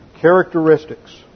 Characteristics